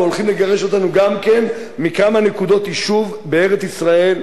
והולכים לגרש אותנו גם מכמה נקודות יישוב בארץ-ישראל.